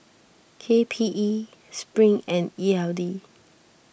K P E Spring and E L D